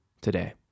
today